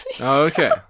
okay